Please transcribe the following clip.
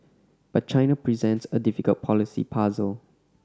but China presents a difficult policy puzzle